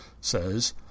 says